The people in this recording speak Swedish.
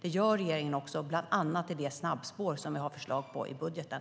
Det gör regeringen också, bland annat i det snabbspår som vi har förslag på i budgeten.